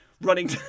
running